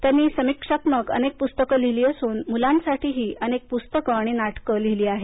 त्यांनी समीक्षात्मक अनेक पुस्तकं लिहिली असून मुलांसाठीही अनेक पुस्तकं आणि नाटकं लिहिली आहेत